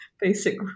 basic